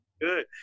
good